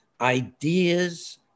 ideas